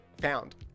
found